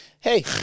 Hey